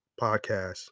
podcast